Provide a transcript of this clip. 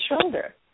shoulder